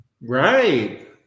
Right